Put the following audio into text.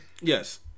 Yes